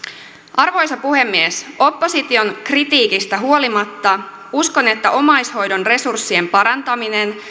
arvoisa puhemies opposition kritiikistä huolimatta uskon että omaishoidon resurssien parantaminen